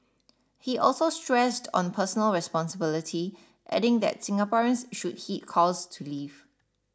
he also stressed on personal responsibility adding that Singaporeans should heed calls to leave